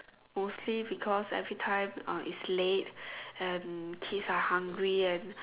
mostly because every time uh is late and kids are hungry and